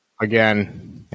again